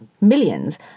millions